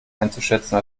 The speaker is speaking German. einzuschätzen